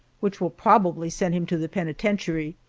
which will probably send him to the penitentiary,